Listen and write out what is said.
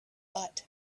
but